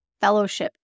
fellowship